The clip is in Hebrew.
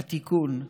התיקון: